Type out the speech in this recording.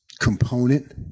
component